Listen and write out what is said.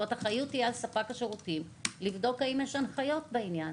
זאת אומרת האחריות תהיה על ספק השירותים לבדוק האם יש הנחיות בעניין,